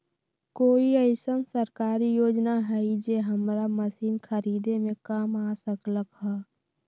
कोइ अईसन सरकारी योजना हई जे हमरा मशीन खरीदे में काम आ सकलक ह?